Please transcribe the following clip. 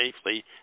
safely